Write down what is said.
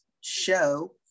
show